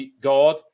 god